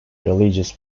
religious